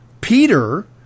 Peter